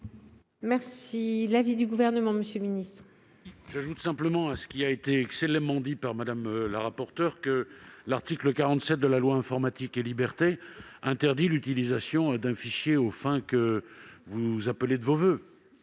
est l'avis du Gouvernement ? Monsieur le sénateur, j'ajoute simplement à ce qu'a excellemment expliqué Mme la rapporteure que l'article 47 de la loi Informatique et libertés interdit l'utilisation d'un fichier aux fins que vous appelez de vos voeux.